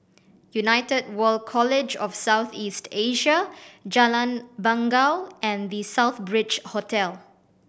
United World College of South East Asia Jalan Bangau and The Southbridge Hotel